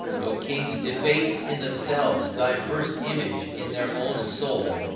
though kings deface in themselves thy first image in their own soul,